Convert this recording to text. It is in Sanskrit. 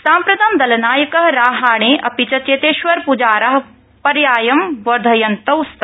साम्प्रतं दलनायक राहाणे अपि च चेतेश्वर प्जारा पयार्थं वर्धयन्तौ स्त